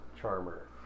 charmer